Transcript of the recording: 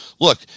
look